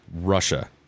Russia